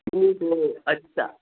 اچھا